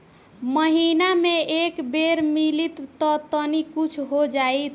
महीना मे एक बेर मिलीत त तनि कुछ हो जाइत